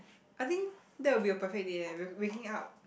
I think that will be a perfect day ah wake waking out